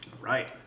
Right